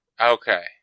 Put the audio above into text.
Okay